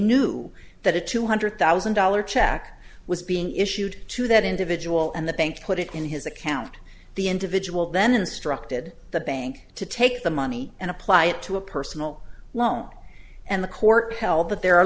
knew that a two hundred thousand dollars check was being issued to that individual and the bank put it in his account the individual then instructed the bank to take the money and apply it to a personal loan and the court held that there are